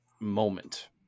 moment